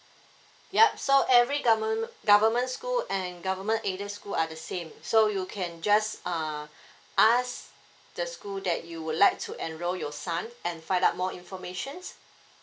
yup so every gover~ government school and government aided school are the same so you can just err ask the school that you would like to enroll your son and find up more informations